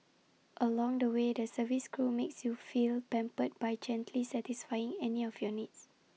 along the way the service crew makes you feel pampered by gently satisfying any of your needs